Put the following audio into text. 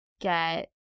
get